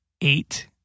eight